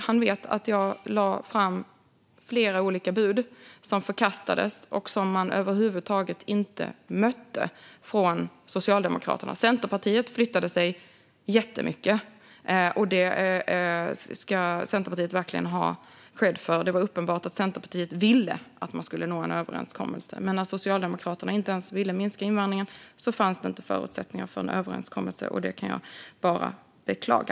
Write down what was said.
Han vet att jag lade fram flera olika bud som förkastades och som man över huvud taget inte bemötte från Socialdemokraterna. Centerpartiet flyttade sig jättemycket, och det ska Centerpartiet verkligen ha kredd för. Det var uppenbart att Centerpartiet ville att man skulle nå en överenskommelse, men då Socialdemokraterna inte ens ville minska invandringen fanns det inte förutsättningar för en överenskommelse. Det kan jag bara beklaga.